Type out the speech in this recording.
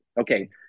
Okay